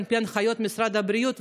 על פי הנחיות משרד הבריאות,